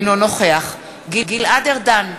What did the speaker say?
אינו נוכח גלעד ארדן,